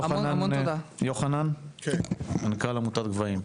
יוחנן, מנכ"ל עמותת גבהים.